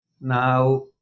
Now